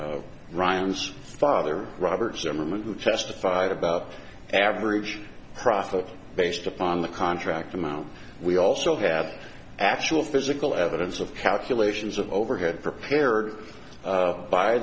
ryan's father robert zimmerman who testified about average profit based upon the contract amount we also have actual physical evidence of calculations of overhead prepared